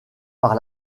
par